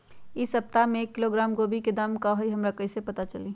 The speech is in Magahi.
इ सप्ताह में एक किलोग्राम गोभी के दाम का हई हमरा कईसे पता चली?